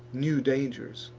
new dangers,